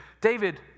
David